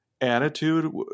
attitude